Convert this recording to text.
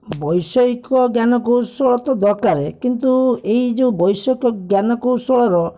ବୈଷୟିକଜ୍ଞାନ କୌଶଳ ତ ଦରକାରେ କିନ୍ତୁ ଏଇ ଯୋଉ ବୈଷୟିକଜ୍ଞାନ କୌଶଳର